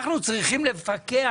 אנחנו צריכים לפקח